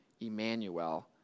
Emmanuel